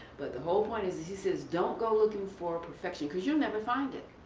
but the whole point is he says don't go looking for perfection because you'll never find it.